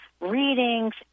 readings